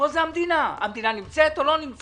פה זה המדינה האם המדינה נמצאת או לא נמצאת?